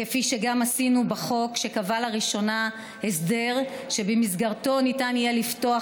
כפי שגם עשינו בחוק שקבע לראשונה הסדר שבמסגרתו ניתן יהיה לפתוח